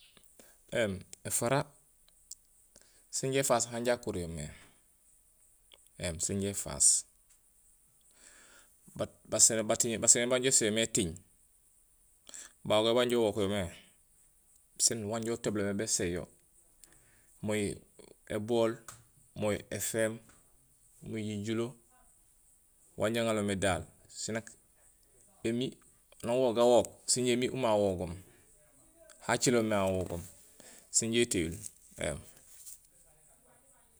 Ēém éfara sinja éfaas hanja akuur yoomé éém sinja éfaas bat- baséné banja uséén yoomé étiiŋ, bawogé banja uwook yoomé sén wanja utébulomé béséén yo, mooy ébool, mooy éféém, jéjulo; wanja uŋanlomé daal, sén nak émi, nang uwook gawook sénja émiir umé awogoom, haciil yoomé awogoom, sénja étéyuul éém.